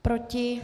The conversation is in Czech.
Proti?